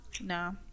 No